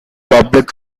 public